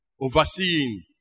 overseeing